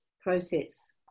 process